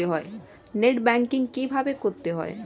Net banking কীভাবে করতে হয়?